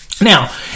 Now